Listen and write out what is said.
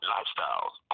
Lifestyles